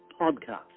Podcast